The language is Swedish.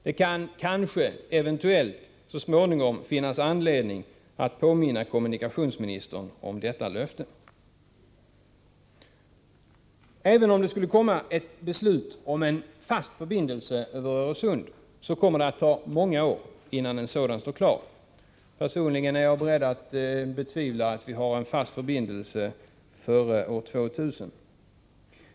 Det kan kanske så småningom finnas anledning att påminna kommunikationsministern om detta löfte. Även om det skulle komma ett beslut om en fast förbindelse över Öresund, kommer det att ta många år innan en sådan står klar. Personligen är jag beredd att betvivla att vi har en fast förbindelse före år 2000.